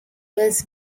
was